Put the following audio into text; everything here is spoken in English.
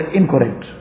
incorrect